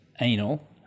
anal